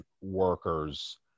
workers